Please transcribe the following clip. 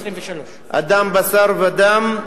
אדם, בשר ודם,